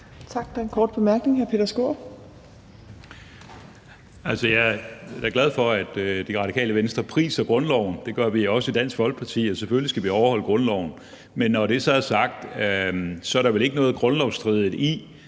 Jeg er glad for, at Det Radikale Venstre priser grundloven. Det gør vi også i Dansk Folkeparti. Selvfølgelig skal vi overholde grundloven. Men når det så er sagt, er der vel ikke noget grundlovsstridigt i,